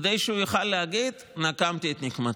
כדי שהוא יוכל להגיד: נקמתי את נקמתי,